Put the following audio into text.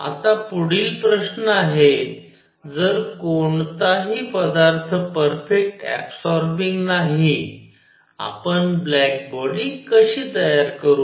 आता पुढील प्रश्न आहे जर कोणताही पदार्थ परफेक्ट ऍबसॉरबिंग नाही आपण ब्लॅक बॉडी कशी तयार करू